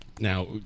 Now